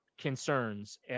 concerns